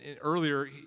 earlier